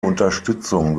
unterstützung